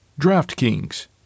DraftKings